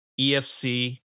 EFC